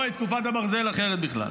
איך אפשר לקרוא את תקופת הברזל אחרת בכלל?